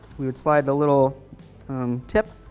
we would slide the little tip